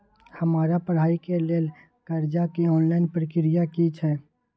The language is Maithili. हमरा पढ़ाई के लेल कर्जा के ऑनलाइन प्रक्रिया की छै?